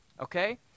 Okay